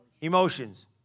emotions